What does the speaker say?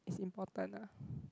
is important ah